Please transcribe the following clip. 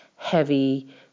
heavy